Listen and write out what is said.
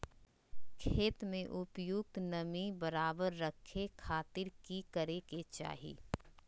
खेत में उपयुक्त नमी बरकरार रखे खातिर की करे के चाही?